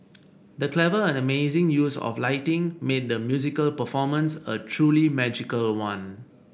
the clever and amazing use of lighting made the musical performance a truly magical one